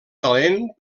talent